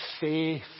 faith